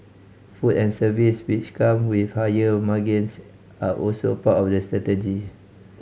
food and service which come with higher margins are also part of the strategy